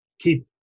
keep